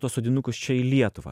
tuos sodinukus čia į lietuvą